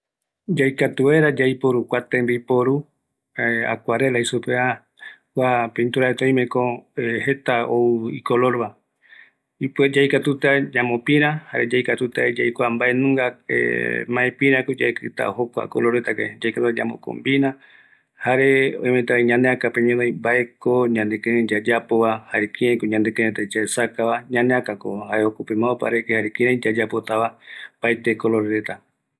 Yaikatutako yaiporu kua tembiporu acuarela, jaeko yaikatuta ñamopïrä, jare yaesauka vaera mbaravɨkɨ ikavigueva, mäepïra, paisaje, jare mbae ñanekɨreï yaesaukava